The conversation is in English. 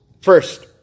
First